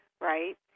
right